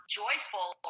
joyful